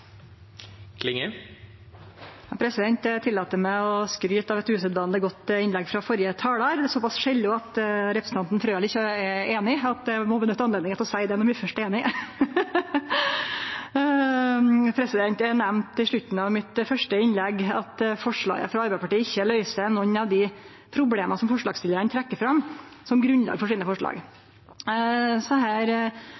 at eg må nytte anledninga til å seie det, når vi først er einige. Eg nemnde i slutten av det første innlegget mitt at forslaga frå Arbeidarpartiet ikkje løyser nokon av dei problema som forslagsstillarane trekkjer fram som grunnlag for forslaga sine.